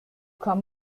kann